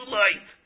light